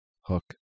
Hook